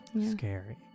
Scary